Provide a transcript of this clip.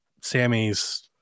Sammy's